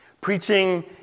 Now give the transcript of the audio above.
preaching